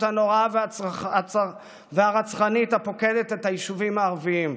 הנוראה והרצחנית הפוקדת את היישובים הערביים,